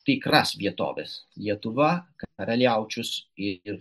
tikras vietoves lietuva karaliaučius ir